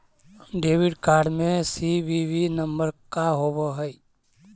Debit card में CVV number का होव हइ?